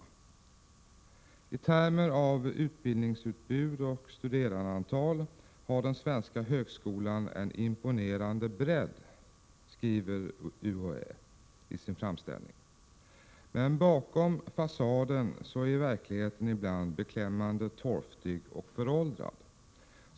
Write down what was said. I termer av utbildningsutbud och studerandeantal har den svenska högskolan en imponerande bredd, skriver UHÄ i sin framställning. Bakom fasaden är verkligheten dock ibland beklämmande torftig och föråldrad.